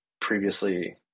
previously